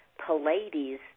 Pallades